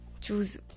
choose